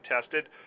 tested